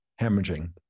hemorrhaging